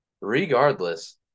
regardless